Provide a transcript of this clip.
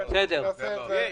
זה הישג גדול לוועדה.